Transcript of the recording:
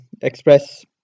express